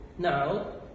now